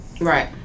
Right